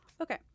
Okay